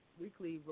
weekly